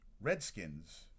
Redskins